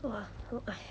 !wah! I